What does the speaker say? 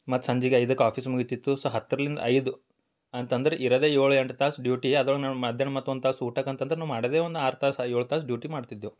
ಮತ್ತು ಸಂಜೆಗ್ ಐದಕ್ಕೆ ಆಫೀಸ್ ಮುಗಿತಿತ್ತು ಸೊ ಹತ್ತರಿಂದ ಐದು ಅಂತಂದ್ರೆ ಇರೋದೆ ಏಳು ಎಂಟು ತಾಸು ಡ್ಯೂಟಿ ಅದ್ರೊಳ್ಗೆ ನಾವು ಮಧ್ಯಾಹ್ನ ಮತ್ತೊಂದು ತಾಸು ಊಟಕ್ಕೆ ಅಂತಂದ್ರೆ ನಾವು ಮಾಡೋದೇ ಒಂದು ಆರು ತಾಸು ಏಳು ತಾಸು ಡ್ಯೂಟಿ ಮಾಡ್ತಿದ್ದೆವು